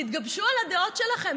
תתגבשו על הדעות שלכם.